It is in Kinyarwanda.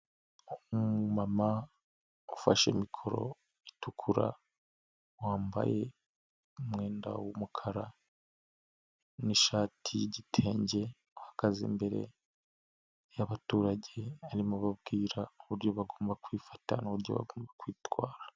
Umumama ufashe mikoro itukura wambaye umwenda w'umukara n'ishati y'igitenge uhagaze imbere y'abaturage arimo ababwira uburyo bagomba kwifata n'uburyo bagomba kwitwara.